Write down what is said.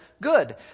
good